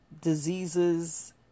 diseases